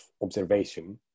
observation